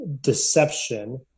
deception